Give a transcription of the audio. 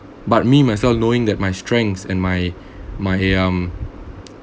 but me myself knowing that my strengths and my my um